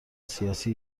سیاسی